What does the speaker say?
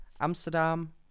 Amsterdam